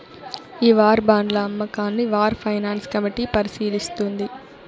ఈ వార్ బాండ్ల అమ్మకాన్ని వార్ ఫైనాన్స్ కమిటీ పరిశీలిస్తుంది